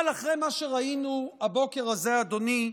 אבל אחרי מה שראינו הבוקר הזה, אדוני,